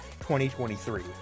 2023